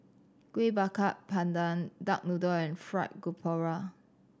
Kuih Bakar Pandan duck noodle and Fried Garoupa